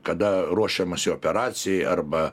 kada ruošiamasi operacijai arba